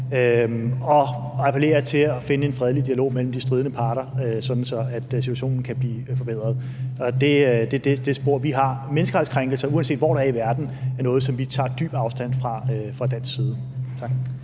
Jeg appellerer til at finde en fredelig dialog mellem de stridende parter, sådan at situationen kan blive forbedret. Det er det spor, vi har. Menneskerettighedskrænkelser, uanset hvor de sker i verden, er noget, som vi tager dybt afstand fra fra dansk side.